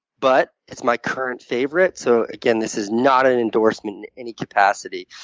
but it's my current favorite. so, again, this is not an endorsement in any capacity.